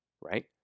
right